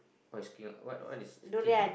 what is king or what what is king